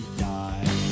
die